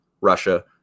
Russia